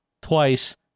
twice